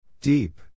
Deep